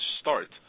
start